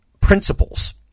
principles